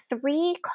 three